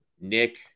Nick